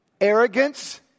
arrogance